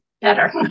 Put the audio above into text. better